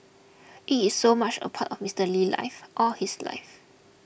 it is so much a part of Mister Lee's life all his life